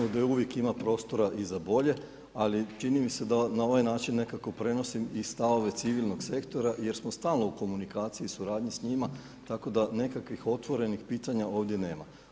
Jasno je da uvijek ima prostora i za bolje ali čini mi se da na ovaj način nekako prenosim i stavove civilnog sektora jer smo stalno u komunikaciji i suradnji s njima tako da nekakvih otvorenih pitanja ovdje nema.